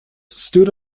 stood